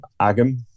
Agam